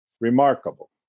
remarkable